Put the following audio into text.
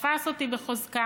תפס אותי בחוזקה".